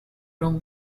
room